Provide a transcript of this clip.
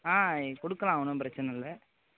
கொடுக்கலாம் ஒன்றும் பிரச்சனை இல்லை